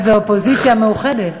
איזו אופוזיציה מאוחדת.